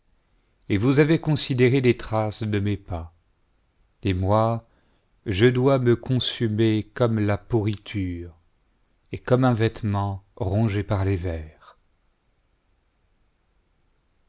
et vous avez considéré les traces de mes pas et moi je dois me consumer comme la pourriture et comme un vêtement rongé par les vers